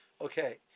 Okay